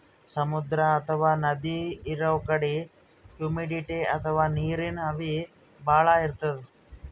ಸಮುದ್ರ ಅಥವಾ ನದಿ ಇರದ್ ಕಡಿ ಹುಮಿಡಿಟಿ ಅಥವಾ ನೀರಿನ್ ಆವಿ ಭಾಳ್ ಇರ್ತದ್